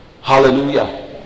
Hallelujah